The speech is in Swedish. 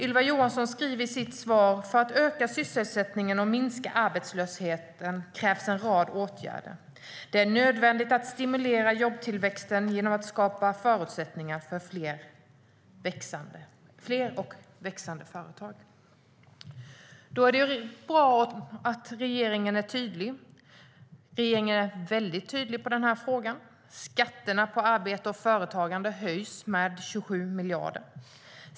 Ylva Johansson säger i sitt svar: "För att öka sysselsättningen och minska arbetslösheten krävs en rad åtgärder. Det är nödvändigt att stimulera jobbtillväxten genom att skapa förutsättningar för fler och växande företag." Då är det ju bra om regeringen är tydlig, och regeringen är väldigt tydlig i denna fråga - skatterna på arbete och företagande höjs med 27 miljarder.